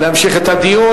אם כן,